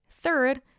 Third